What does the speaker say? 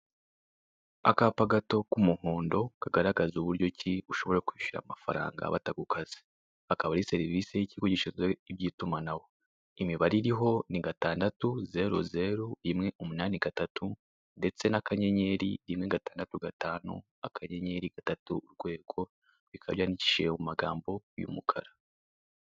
Akapa gato k'umuhondo kagaraza uburyo ki ushobora kwishyura amafaranga badakukaze. Akaba ari serivisi y'ikigo gishinzwe iby'itumanaho. Imibare iriho ni gatandatu, zeru zeru, rimwe umunani gatatu, ndetse n'akanyenyeri, rimwe gatandatu gatanu, akanyenyeri gatatu, urwego. Bikaba byandikishijwe amagambo y'umukara.